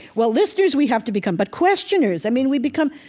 well, listeners we have to become. but questioners, i mean we become,